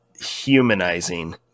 humanizing